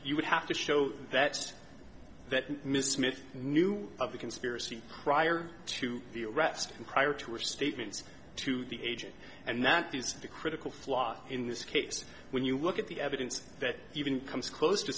you would have to show that that miss smith knew of the conspiracy prior to the arrest and prior to her statements to the agent and that these the critical flaw in this case when you look at the evidence that even comes close to